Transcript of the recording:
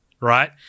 right